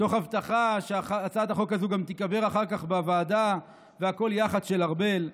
תוך הבטחה שהצעת החוק הזו גם תיקבר אחר כך בוועדה והכול יח"צ של ארבל.